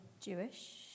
Jewish